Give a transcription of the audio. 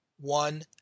one